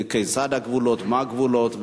כיצד הגבולות, מה הגבולות וכו'.